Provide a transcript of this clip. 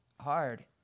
hard